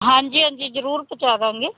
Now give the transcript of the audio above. ਹਾਂਜੀ ਹਾਂਜੀ ਜ਼ਰੂਰ ਪਹੁੰਚਾ ਦੇਵਾਂਗੇ